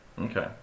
okay